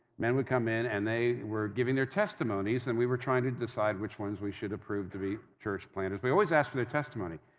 men would come in, and they were giving their testimonies and we were trying to decide which ones we should approve to be church planters. we always asked for their testimony.